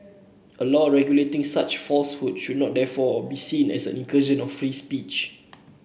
a law regulating such falsehoods should therefore not be seen as an incursion of free speech